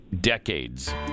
decades